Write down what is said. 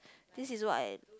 this is what I